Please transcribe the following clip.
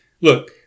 Look